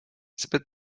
zbyt